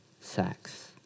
sex